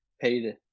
paid